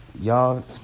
y'all